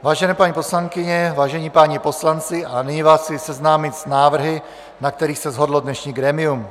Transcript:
Vážené paní poslankyně, vážení páni poslanci, a nyní vás chci seznámit s návrhy, na kterých se shodlo dnešní grémium.